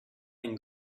une